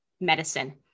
medicine